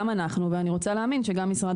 גם אנחנו ואני רוצה להאמין שגם משרד